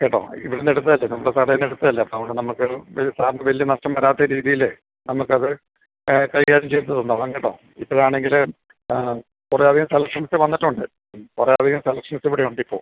കേട്ടോ ഇവിടുന്ന് എടുത്തതല്ലേ നമ്മുടെ കടയിൽനിന്ന് എടുത്തതല്ലേ അവിടെ നമുക്കൊരു ഇത് സാർന് വലിയ നഷ്ടം വരാത്ത രീതിയിൽ നമുക്കത് കൈകാര്യം ചെയ്ത് തന്നോളാം കേട്ടോ ഇപ്പോഴാണെങ്കിൽ ആ കുറെ അധിക സെലക്ഷൻസ് വന്നിട്ടുണ്ട് കുറെ അധികം സെലക്ഷൻസ് ഉണ്ട് ഇവിടെ ഉണ്ട് ഇപ്പോൾ